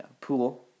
pool